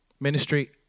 Ministry